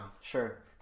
sure